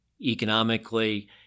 economically